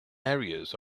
areas